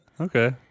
Okay